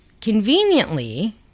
conveniently